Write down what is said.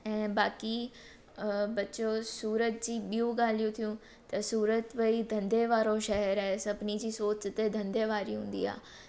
ऐं बाक़ी अ बचियो सूरत जी ॿियूं ॻाल्हियूं थियूं त सूरत वरी धंधे वारो शहर आहे सभिनी जी सोच हिते धंधे वारी हूंदी आहे